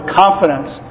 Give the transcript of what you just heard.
confidence